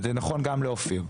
וזה נכון גם לאופיר,